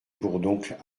bourdoncle